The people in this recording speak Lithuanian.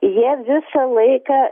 jie visą laiką